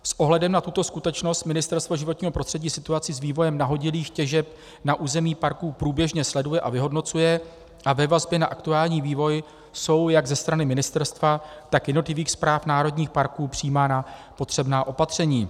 S ohledem na tuto skutečnost Ministerstvo životního prostředí situaci s vývojem nahodilých těžeb na území parků průběžně sleduje a vyhodnocuje a ve vazbě na aktuální vývoj jsou jak ze strany ministerstva, tak jednotlivých správ národních parků přijímána potřebná opatření.